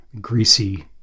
greasy